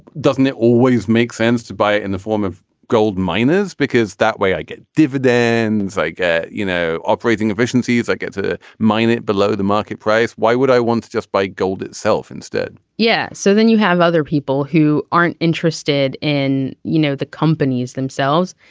doesn't it always make sense to buy it in the form of gold miners. because that way i get dividends like ah you know operating efficiencies i get to mine it below the market price. why would i want to just buy gold itself instead yeah. so then you have other people who aren't interested in you know the companies themselves.